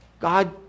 God